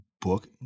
book